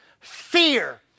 Fear